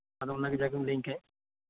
ᱟᱫᱚ ᱚᱱᱜᱮ ᱡᱟᱜᱮᱢ ᱞᱟᱹᱭᱟᱹᱧ ᱠᱷᱟᱱ